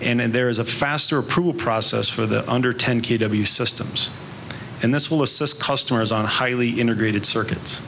and there is a faster approval process for the under ten k w systems and this will assist customers on a highly integrated circuits